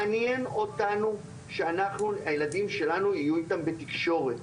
מעניין אותנו שהילדים שלנו יהיו איתם בתקשורת,